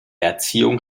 erziehung